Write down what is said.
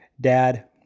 dad